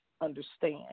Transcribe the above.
understand